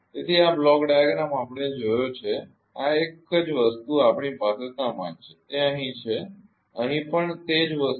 તેથી આ block diagram આપણે જોયો છે આ એક જ વસ્તુ આપણી પાસે સમાન છે તે અહીં છે અહીં પણ તે જ વસ્તુ